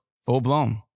Full-blown